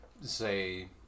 say